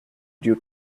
due